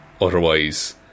Otherwise